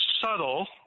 subtle